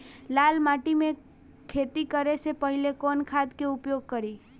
लाल माटी में खेती करे से पहिले कवन खाद के उपयोग करीं?